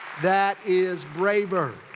that is braver.